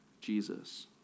Jesus